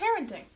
Parenting